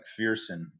McPherson